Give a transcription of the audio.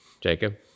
Jacob